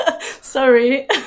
sorry